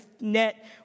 net